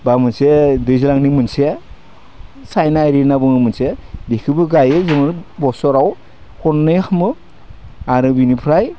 बा मोनसे दैज्लांनि मोनसे साइना इरि होनना बुङो मोनसे बिखोबो गायनानै जोङो बोसोराव खननै खालामो आरो बिनिफ्राय